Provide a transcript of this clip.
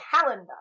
calendar